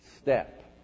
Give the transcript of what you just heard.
step